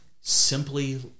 simply